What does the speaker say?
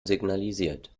signalisiert